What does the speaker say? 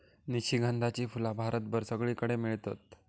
निशिगंधाची फुला भारतभर सगळीकडे मेळतत